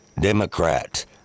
Democrat